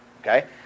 Okay